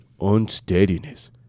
unsteadiness